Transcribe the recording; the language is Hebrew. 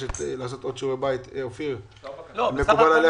תעשו שיעורי בית ואם צריך ועדת הסכמות, אני מאמין